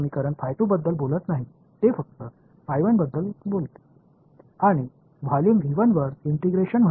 எனவே மற்றும் தொகுதி 1 ஐ ஒருங்கிணைப்பதால் புலங்கள் என்னவென்று இது சொல்கிறது